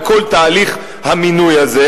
בכל תהליך המינוי הזה,